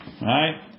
Right